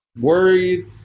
worried